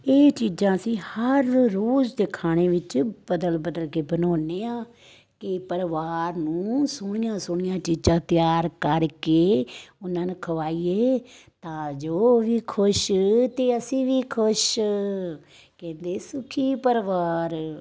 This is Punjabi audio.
ਇਹ ਚੀਜ਼ਾਂ ਅਸੀਂ ਹਰ ਰੋਜ਼ ਦੇ ਖਾਣੇ ਵਿੱਚ ਬਦਲ ਬਦਲ ਕੇ ਬਣਾਉਂਦੇ ਹਾਂ ਕਿ ਪਰਿਵਾਰ ਨੂੰ ਸੋਹਣੀਆਂ ਸੋਹਣੀਆਂ ਚੀਜ਼ਾਂ ਤਿਆਰ ਕਰਕੇ ਉਹਨਾਂ ਨੂੰ ਖਵਾਈਏ ਤਾਂ ਜੋ ਉਹ ਵੀ ਖੁਸ਼ ਅਤੇ ਅਸੀਂ ਵੀ ਖੁਸ਼ ਕਹਿੰਦੇ ਸੁਖੀ ਪਰਿਵਾਰ